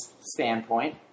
standpoint